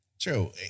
True